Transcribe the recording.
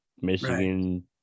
michigan